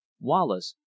Wallace